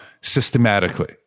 systematically